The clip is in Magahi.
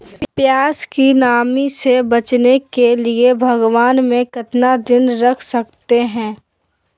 प्यास की नामी से बचने के लिए भगवान में कितना दिन रख सकते हैं?